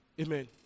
Amen